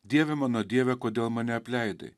dieve mano dieve kodėl mane apleidai